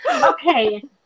okay